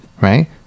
right